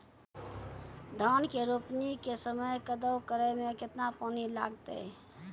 धान के रोपणी के समय कदौ करै मे केतना पानी लागतै?